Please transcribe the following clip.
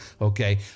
Okay